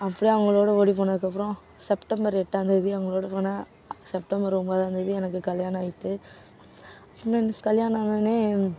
அப்படியே அவங்களோட ஓடி போனதுக்கப்புறம் செப்டம்பர் எட்டாம்தேதி அவங்களோட போனேன் செப்டம்பர் ஒம்போதாம்தேதி எனக்கு கல்யாணம் ஆகிட்டு கல்யாணம் ஆனவொடனே